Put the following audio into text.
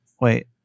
Wait